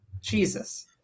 jesus